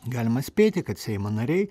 galima spėti kad seimo nariai